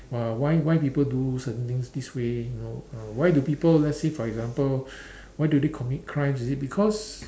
uh why why people do certain things this way you know uh why do people let's say for example why do they commit crimes you see because